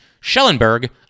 Schellenberg